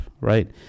right